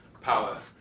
power